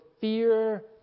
fear